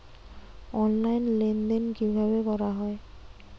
Online লেনদেন কিভাবে করা হয়?